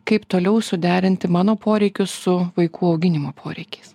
kaip toliau suderinti mano poreikius su vaikų auginimo poreikiais